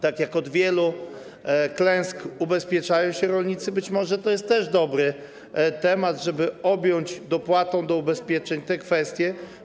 Tak jak od wielu klęsk ubezpieczają się rolnicy, być może to jest też dobry temat, żeby objąć dopłatą do ubezpieczeń te kwestie.